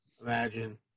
Imagine